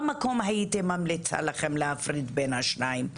במקום הייתי ממליצה לכם להפריד בין השניים.